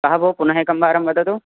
कः भोः पुनः एकं वारं वदतु